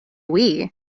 wii